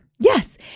Yes